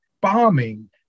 bombing